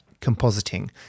compositing